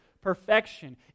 perfection